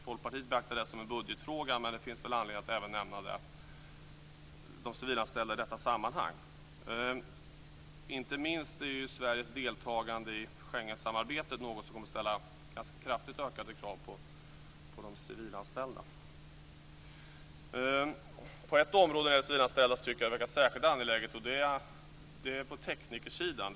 Folkpartiet betraktar det här som en budgetfråga, men det finns väl anledning att även nämna de civilanställda i detta sammanhang. Inte minst är ju Sveriges deltagande i Schengensamarbetet något som kommer att ställa ganska kraftigt ökade krav på de civilanställda. På ett område tycker jag att det verkar vara särskilt angeläget med civilanställda, och det är på teknikersidan.